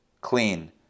clean